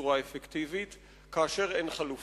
בצורה אפקטיבית כאשר אין חלופות.